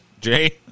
Jay